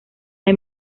hay